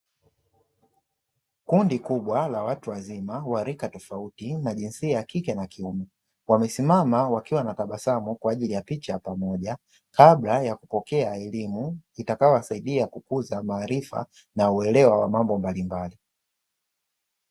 Kundi kubwa la watu wazima wa rika tofauti na jinsia ya kike na kiume ,wamesimama wakiwa wanatabasamu kwajili picha ya pamoja, kabla ya kupokea elimu itakayowasaidia kukuza maarifa na uelewa wa mambo mbalimbali.